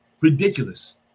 Ridiculous